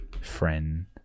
friend